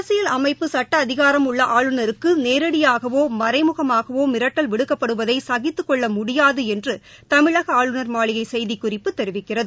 அரசியல் அமைப்பு சுட்ட அதிகாரம் உள்ள ஆளுநருக்கு நேரடியாகவோ மறைமுகமாகவோ மிரட்டல் விடுக்கப்படுவதை சகித்துக் கொள்ள முடியாது என்று தமிழக ஆளுநர் மாளிகை செய்திக்குறிப்பு தெரிவிக்கிறது